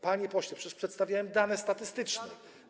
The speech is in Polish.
Panie pośle, przecież przedstawiłem dane statystyczne.